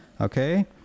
Okay